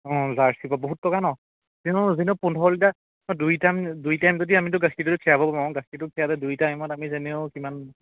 অঁ জাৰ্চি গৰুত বহুত টকা ন কিন্তু কিন্তু পোন্ধৰ লিটাৰ দুই টাইম দুই টাইম যদি আমিতো গাখীৰটোতো খীৰাব পাৰোঁ গাখীৰটো খীৰালে দুই টাইমত আমি যেনেও কিমান